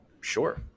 Sure